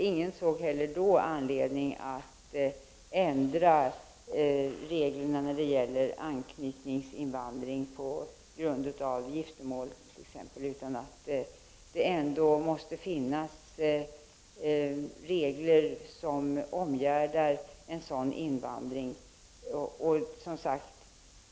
Ingen såg heller då anledning att ändra reglerna för anknytningsinvandring t.ex. på grund av giftermål. Det måste ändå finnas regler som omgärdar en sådan invandring.